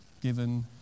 given